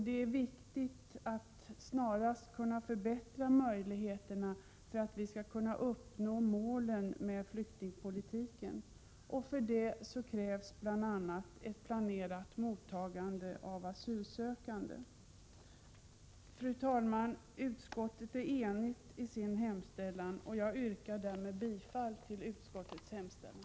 Det är viktigt att snarast kunna förbättra möjligheterna, så att vi skall kunna uppnå målen med flyktingpolitiken. För det krävs bl.a. ett planerat mottagande av asylsökande. Herr talman! Utskottet är enigt i sin hemställan, och jag yrkar därmed bifall till utskottets hemställan.